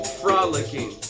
frolicking